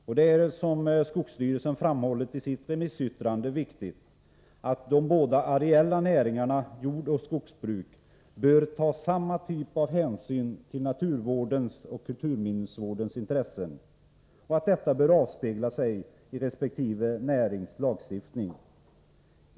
Och det är, som skogsstyrelsen framhållit i sitt remissyttrande, viktigt att de båda areella näringarna jordoch skogsbruk bör ta samma typ av hänsyn till naturvårdens och kulturminnesvårdens intressen och att detta bör avspegla sig i resp. närings lagstiftning.